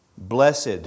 Blessed